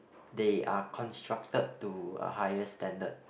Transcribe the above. they are constructed to a higher standard